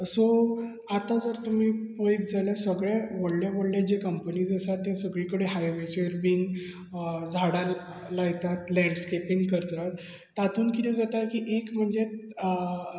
so आतां तर तुमी पळयत जाल्यार सगळें व्हडले व्हडले जे कंपनीज आसा हायवेचेर बीन झाडां लायतात लॅडस्केपींग करतात तातूंत किदें जाता एक म्हणजे